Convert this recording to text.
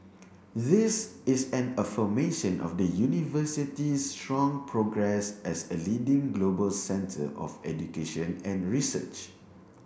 this is an affirmation of the University's strong progress as a leading global centre of education and research